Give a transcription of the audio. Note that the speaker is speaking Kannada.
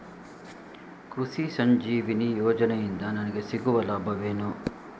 ಕೃಷಿ ಸಂಜೀವಿನಿ ಯೋಜನೆಯಿಂದ ನನಗೆ ಸಿಗುವ ಲಾಭವೇನು?